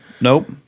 nope